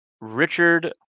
Richard